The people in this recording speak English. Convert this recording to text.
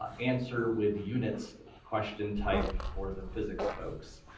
ah answer with units question type for the physics folks,